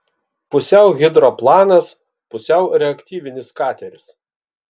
pusiau hidroplanas pusiau reaktyvinis kateris